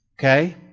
Okay